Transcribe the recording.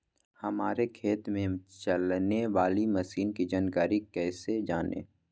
हमारे खेत में चलाने वाली मशीन की जानकारी कैसे जाने?